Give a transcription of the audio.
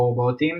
רובוטים,